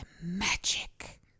magic